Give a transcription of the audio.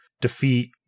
defeat